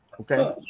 Okay